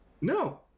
No